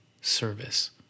service